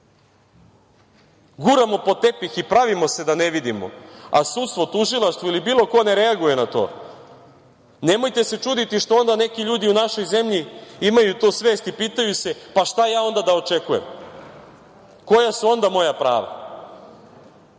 guramo pod tepih i pravimo se da ne vidimo, a sudstvo, tužilaštvo ili bilo ko ne reaguje na to, nemojte se čuditi što onda neki ljudi u našoj zemlji imaju tu svest i pitaju se – pa, šta ja onda da ja očekujem, koja su onda moja prava? Nije